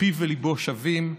פיו וליבו שווים.